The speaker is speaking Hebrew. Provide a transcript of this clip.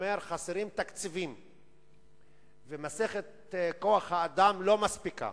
שחסרים תקציבים ומצבת כוח-האדם לא מספיקה.